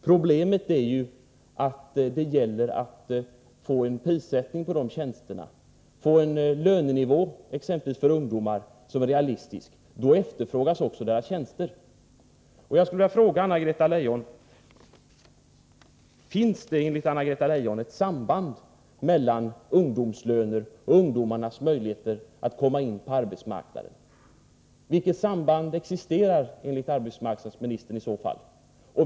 Problemet är ju att det gäller att få en prissättning på de tjänsterna, att få en lönenivå, exempelvis för ungdomar, som är realistisk. Då efterfrågas också deras tjänster. Jag skulle vilja fråga: Finns det enligt Anna-Greta Leijons uppfattning ett samband mellan ungdomslöner och ungdomarnas möjligheter att komma in på arbetsmarknaden? Vilket samband existerar enligt arbetsmarknadsministern i så fall?